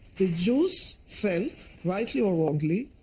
the jews felt, rightly or wrongly,